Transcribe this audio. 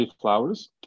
flowers